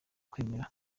kwemera